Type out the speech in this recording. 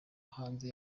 hanze